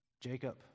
Jacob